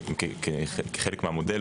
כחלק מהמודל,